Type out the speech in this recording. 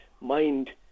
mind